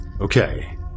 Okay